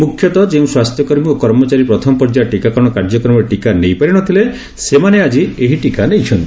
ମୁଖ୍ୟତଃ ଯେଉଁ ସ୍ୱାସ୍ଥ୍ୟକର୍ମୀ ଓ କର୍ମଚାରୀ ପ୍ରଥମ ପର୍ଯ୍ୟାୟ ଟିକାକରଣ କାର୍ଯ୍ୟକ୍ରମରେ ଟିକା ନେଇପାରି ନ ଥିଲେ ସେମାନେ ଆଜି ଏହି ଟିକା ନେଇଛନ୍ତି